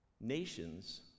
nations